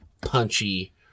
punchy